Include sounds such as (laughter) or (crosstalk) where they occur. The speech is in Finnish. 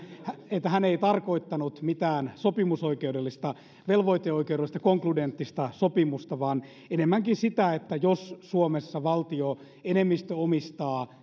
hän ei tarkoittanut mitään sopimusoikeudellista velvoiteoikeudellista konkludenttista sopimusta vaan enemmänkin sitä että jos suomessa valtio enemmistöomistaa (unintelligible)